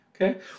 Okay